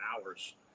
hours